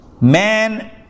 man